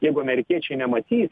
jeigu amerikiečiai nematys